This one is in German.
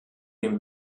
dem